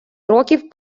років